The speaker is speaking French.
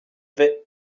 vais